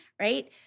right